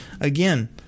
again